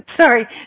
sorry